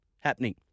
happening